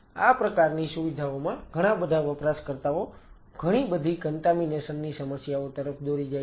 આ પ્રકારની સુવિધાઓમાં ઘણાબધા વપરાશકર્તાઓ ઘણીબધી કન્ટામીનેશન ની સમસ્યાઓ તરફ દોરી જાય છે